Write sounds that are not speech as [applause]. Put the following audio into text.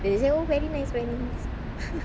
they say oh very nice very nice [laughs]